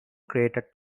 crater